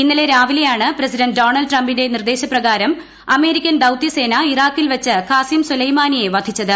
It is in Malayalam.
ഇന്നലെ രാവിലെയാണ് പ്രസിഡന്റ് ഡോണൾഡ് ട്രംപിന്റെ നിർദ്ദേശപ്രകാരം അമേരിക്കൻ ദൌത്യസേന ഇറാഖിൽ വച്ച് ഖാസിം സൊലൈമാനിയെ വധിച്ചത്